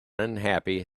unhappy